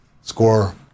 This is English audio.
score